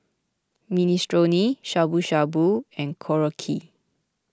Minestrone Shabu Shabu and Korokke